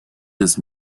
this